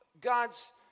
God's